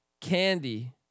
Candy